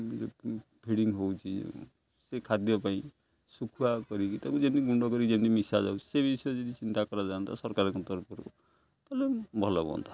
ଯେଉଁ ଫିଡ଼ିଙ୍ଗ ହେଉଛି ସେ ଖାଦ୍ୟ ପାଇଁ ଶୁଖୁଆ କରିକି ତାକୁ ଯେମିତି ଗୁଣ୍ଡ କରିକି ଯେମିତି ମିଶାଯାଉଛି ସେ ବିଷୟରେ ଯଦି ଚିନ୍ତା କରାଯାଆନ୍ତା ସରକାରଙ୍କ ତରଫରୁ ତାହେଲେ ଭଲ ହୁଅନ୍ତା